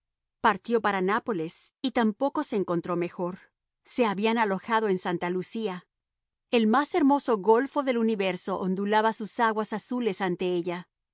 partió para nápoles y tampoco se encontró mejor se habían alojado en santa lucía el más hermoso golfo del universo ondulaba sus aguas azules ante ella